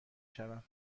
شوم